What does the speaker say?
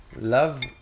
Love